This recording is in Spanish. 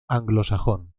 anglosajón